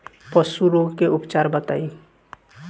पशु रोग के उपचार बताई?